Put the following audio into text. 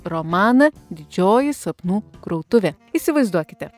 romaną didžioji sapnų krautuvė įsivaizduokite